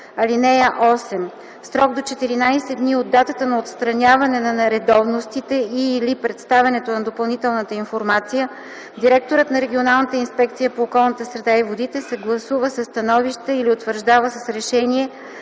(8) В срок до 14 дни от датата на отстраняване на нередовностите и/или предоставянето на допълнителната информация директорът на регионалната инспекция по околната среда и водите съгласува със становище или утвърждава с решение